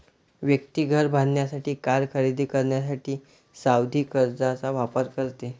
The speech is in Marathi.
व्यक्ती घर बांधण्यासाठी, कार खरेदी करण्यासाठी सावधि कर्जचा वापर करते